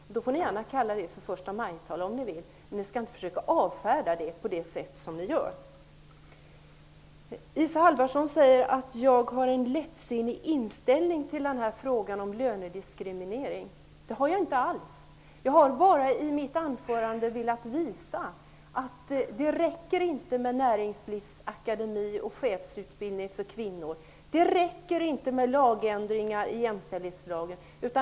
Ni får gärna kalla det för förstamajtal om ni vill, men ni skall inte försöka att avfärda det på det sätt som ni gör. Isa Halvarsson säger att jag har en lättsinnig inställning till frågan om lönediskriminering. Det har jag inte alls. Jag har bara i mitt anförande velat visa att det inte räcker med näringslivsakademi och chefsutbildning för kvinnor. Det räcker inte med ändringar i jämställdhetslagen.